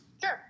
Sure